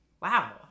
wow